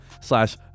slash